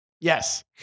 Yes